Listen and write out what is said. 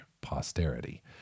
posterity